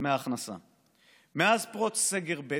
אחמד ג'בארין,